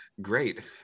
great